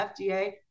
FDA